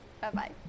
Bye-bye